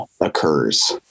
occurs